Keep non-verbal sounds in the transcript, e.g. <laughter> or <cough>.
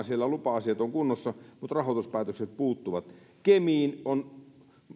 <unintelligible> siellä lupa asiat ovat kunnossa ymmärrykseni mukaan on mutta rahoituspäätökset puuttuvat kemiin on